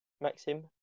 Maxim